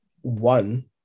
One